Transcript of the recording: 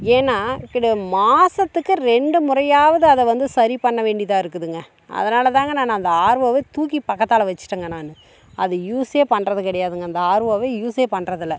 ஏன்னா இக்கட மாதத்துக்கு ரெண்டு முறையாவது அதை வந்து சரி பண்ண வேண்டியதாக இருக்குதுங்க அதனால தாங்க நான் அந்த ஆர்ஓவே தூக்கி பக்கத்தால் வச்சிவிட்டங்க நான் அதை யூஸ்ஸே பண்ணுறது கிடையாதுங்க அந்த ஆர்ஓவே யூஸ்ஸே பண்ணுறது இல்லை